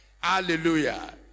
hallelujah